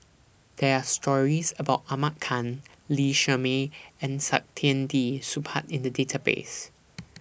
There Are stories about Ahmad Khan Lee Shermay and Saktiandi Supaat in The Database